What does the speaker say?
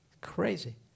Crazy